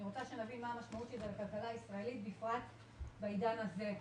אני רוצה שנבין מה המשמעות של זה לכלכלה הישראלית בעידן הזה.